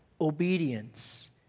Obedience